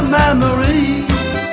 memories